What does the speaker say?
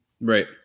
Right